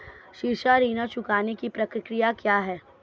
शिक्षा ऋण चुकाने की प्रक्रिया क्या है?